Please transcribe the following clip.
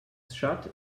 shut